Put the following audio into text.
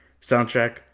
soundtrack